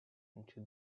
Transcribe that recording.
into